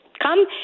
Come